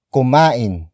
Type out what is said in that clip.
Kumain